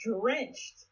drenched